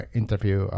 interview